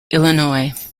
illinois